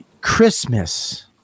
Christmas